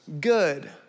Good